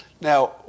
Now